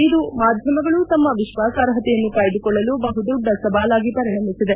ಇದು ಮಾಧ್ಯಮಗಳು ತಮ್ಮ ವಿಶ್ವಾಸಾರ್ಹತೆಯನ್ನು ಕಾಯ್ದ ಕೊಳ್ಳಲು ಬಹುದೊಡ್ಡ ಸವಾಲಾಗಿ ಪರಿಣಮಿಸಿದೆ